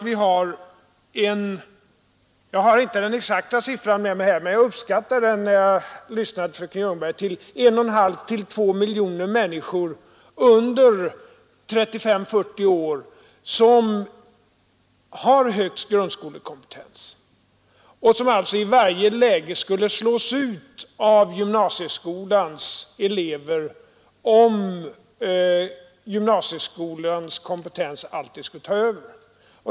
Vi har ju — jag har inte den exakta siffran med mig, men jag gjorde en uppskattning när jag lyssnade till fröken Ljungberg — 1,5—2 miljoner människor under 35—40 år som har högst grundskolekompetens och som alltså i varje läge skulle slås ut av gymnasieskolans elever, om gym nasieskolans kompetens alltid skulle ta över.